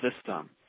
system